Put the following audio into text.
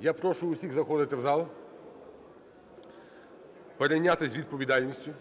Я прошу всіх заходити в зал, перейнятись відповідальністю.